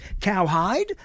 cowhide